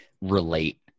relate